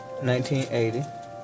1980